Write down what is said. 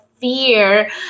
fear